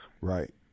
Right